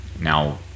Now